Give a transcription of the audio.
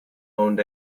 owned